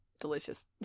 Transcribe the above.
delicious